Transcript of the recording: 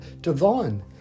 divine